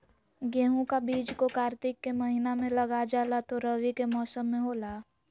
गेहूं का बीज को कार्तिक के महीना में लगा जाला जो रवि के मौसम में होला